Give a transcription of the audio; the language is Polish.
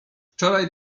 wczoraj